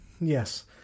Yes